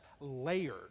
layered